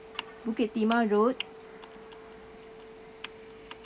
bukit timah road